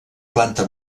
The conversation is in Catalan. planta